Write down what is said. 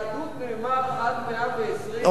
ביהדות נאמר עד מאה-ועשרים,